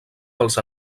pels